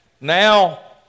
now